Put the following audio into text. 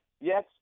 yes